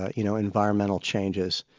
ah you know environmental changes,